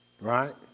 Right